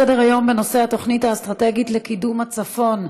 ההצעות לסדר-היום בנושא התוכנית האסטרטגית לקידום הצפון: